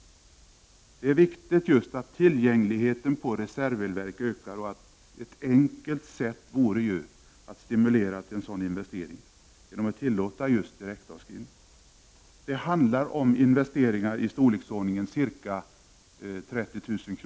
Det är viktigt att just tillgängligheten till reserveleverk ökar och ett enkelt sätt vore därför att stimulera till en sådan investering genom att tillåta direktavskrivning. Det handlar om investeringar i storleksordningen ca 30 000 kr.